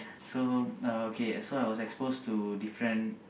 so no okay so I was exposed to different